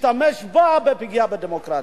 להשתמש בה בפגיעה בדמוקרטיה.